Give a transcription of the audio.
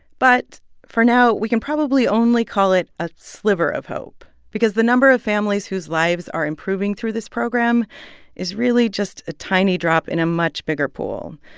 but for now, we can probably only call it a sliver of hope because the number of families whose lives are improving through this program is really just a tiny drop in a much bigger pool.